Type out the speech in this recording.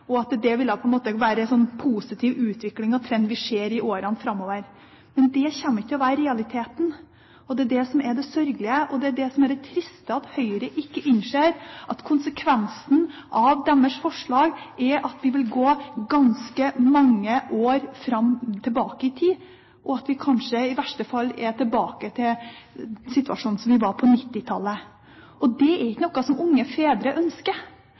på en måte ville bli en positiv utvikling og trend i årene framover. Men det kommer ikke til å være realiteten. Det er det som er det sørgelige og litt triste, at Høyre ikke innser at konsekvensen av deres forslag er at vi vil gå ganske mange år tilbake i tid, og at vi kanskje i verste fall kommer tilbake til situasjonen vi var i på 1990-tallet. Det er ikke noe som unge fedre ønsker.